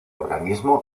organismo